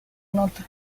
nota